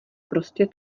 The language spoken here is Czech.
prostě